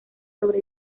sobre